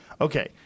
Okay